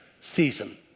season